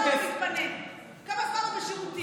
כמה זמן הוא בשירותים.